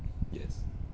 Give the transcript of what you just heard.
yes